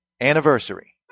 Anniversary